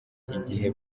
igihe